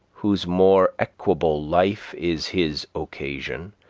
whose more equable life is his occasion,